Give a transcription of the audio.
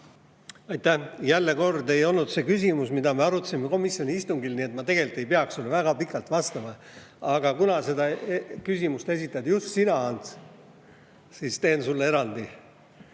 Aitäh! Jälle kord ei olnud see küsimus, mida me arutasime komisjoni istungil, nii et ma tegelikult ei peaks sulle väga pikalt vastama. Aga kuna selle küsimuse esitasid just sina, Ants, siis ma teen sulle erandi.